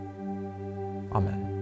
Amen